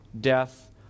death